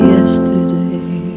Yesterday